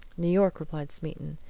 new york, replied smeaton.